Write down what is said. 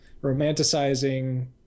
romanticizing